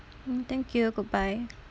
mm thank you goodbye